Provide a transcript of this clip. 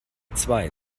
zwei